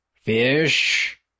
Fish